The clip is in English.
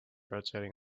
rotating